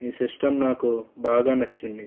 ఈ సిస్టమ్ నాకు బాగా నచ్చింది